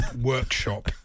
workshop